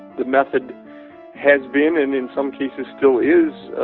the method has been, and in some cases still is,